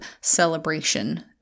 celebration